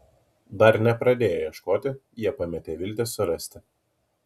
dar nepradėję ieškoti jie pametė viltį surasti